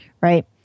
right